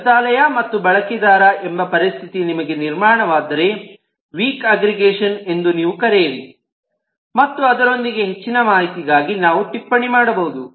ಗ್ರಂಥಾಲಯ ಮತ್ತು ಬಳಕೆದಾರ ಎಂಬ ಪರಿಸ್ಥಿತಿ ನಿಮಗೆ ನಿರ್ಮಾಣವಾದರೆ ವೀಕ್ ಅಗ್ರಿಗೇಷನ್ ಎಂದು ನೀವು ಕರೆಯಿರಿ ಮತ್ತು ಅದರೊಂದಿಗೆ ಹೆಚ್ಚಿನ ಮಾಹಿತಿಗಾಗಿ ನಾವು ಟಿಪ್ಪಣಿ ಮಾಡಬಹುದು